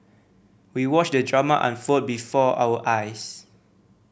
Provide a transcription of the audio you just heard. we watched the drama unfold before our eyes